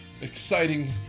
exciting